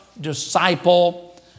disciple